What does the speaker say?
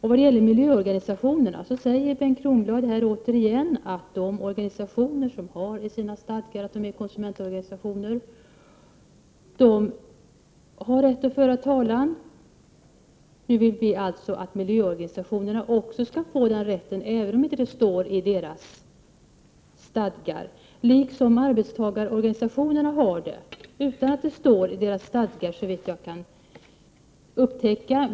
I vad gäller miljöorganisationerna säger Bengt Kronblad här återigen att de organisationer som har i sina stadgar att de är konsumentorganisationer har rätt att föra talan. Nu vill vi alltså att miljöorganisationerna också skall få den rätten, även om det inte står något sådant i deras stadgar — liksom arbetstagarorganisationerna har det utan att det står i deras stadgar, såvitt jag har kunnat upptäcka.